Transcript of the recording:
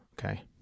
Okay